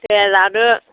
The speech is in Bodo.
दे लादो